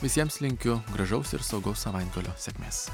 visiems linkiu gražaus ir saugaus savaitgalio sėkmės